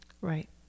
Right